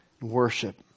Worship